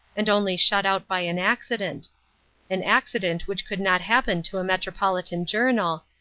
and only shut out by an accident an accident which could not happen to a metropolitan journal,